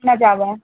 না যাওয়া